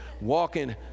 walking